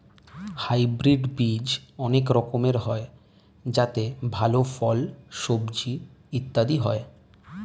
hybrid বীজ অনেক রকমের হয় যাতে ভালো ফল, সবজি ইত্যাদি হয়